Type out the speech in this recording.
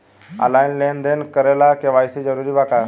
Online लेन देन करे ला के.वाइ.सी जरूरी बा का?